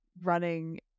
running